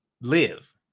live